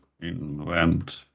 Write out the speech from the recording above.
Invent